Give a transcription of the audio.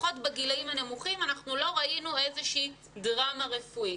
לפחות בגילים הנמוכים אנחנו לא ראינו איזושהי דרמה רפואית.